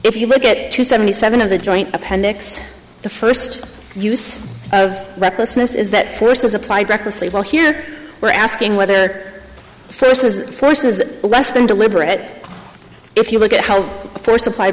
if you look at seventy seven of the joint appendix the first use of recklessness is that force is applied recklessly while here we're asking whether first force is less than deliberate if you look at how force applied